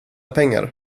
pengar